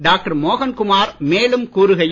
doctor மோகன் குமார் மேலும் கூறுகையில்